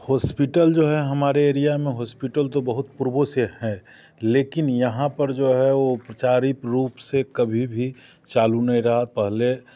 hospital जो है हमारे एरिया में हॉस्पिटल तो बहुत पूर्वो से है लेकिन यहाँ पर जो है वो प्रचारित रूप से कभी भी चालू नहीं रहा पहले